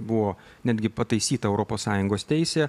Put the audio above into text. buvo netgi pataisyta europos sąjungos teisė